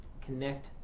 connect